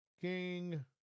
King